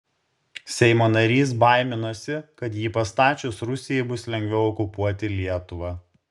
seimo narys baiminosi kad jį pastačius rusijai bus lengviau okupuoti lietuvą